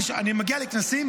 אני מגיע לכנסים,